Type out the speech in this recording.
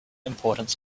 importance